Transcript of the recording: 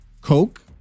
Coke